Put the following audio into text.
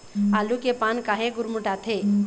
आलू के पान काहे गुरमुटाथे?